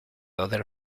other